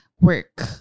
work